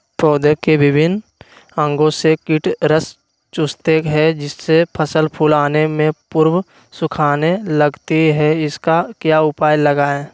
पौधे के विभिन्न अंगों से कीट रस चूसते हैं जिससे फसल फूल आने के पूर्व सूखने लगती है इसका क्या उपाय लगाएं?